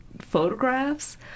photographs